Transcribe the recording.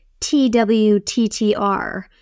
TWTTR